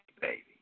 baby